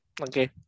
okay